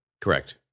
Correct